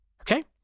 okay